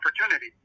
opportunity